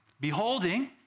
Beholding